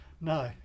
no